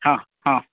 ହଁ ହଁ